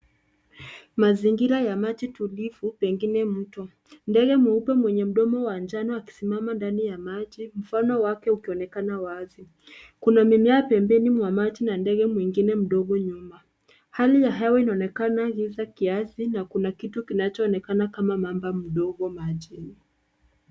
Mazingira ya maji tulivu pengine mto. Ndege meupe mwenye mdomo wa njano akisimama ndani ya maji, mfano wake ukionekana wazi. Kuna mimea pembeni mwa maji na ndege mwingine mdogo nyuma. Hali ya hewa inaonekana giza kiasi na kuna kitu kinachoonekana kama mamba mdogo majini.